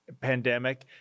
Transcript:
pandemic